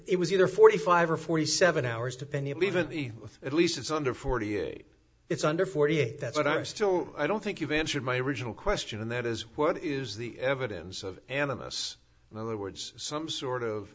it was either forty five or forty seven hours to pinehaven the at least it's under forty eight it's under forty eight that's what i'm still i don't think you've answered my original question and that is what is the evidence of animus in other words some sort of